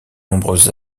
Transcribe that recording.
nombreuses